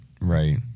Right